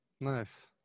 Nice